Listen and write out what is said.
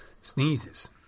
sneezes